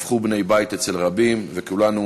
הפכו בני-בית אצל רבים, וכולנו